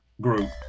group